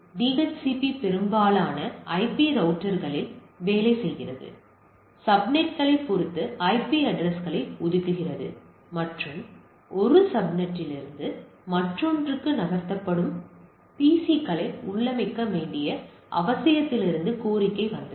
DHCP பெரும்பாலான IP ரவுட்டர்களில் வேலை செய்கிறது சப்நெட்களைப் பொறுத்து ஐபி அட்ரஸ்களை ஒதுக்குகிறது மற்றும் ஒரு சப்நெட்டிலிருந்து மற்றொன்றுக்கு நகர்த்தப்படும் பிசிக்களை உள்ளமைக்க வேண்டிய அவசியத்திலிருந்து கோரிக்கை வந்தது